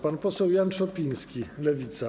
Pan poseł Jan Szopiński, Lewica.